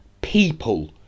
people